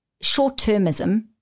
short-termism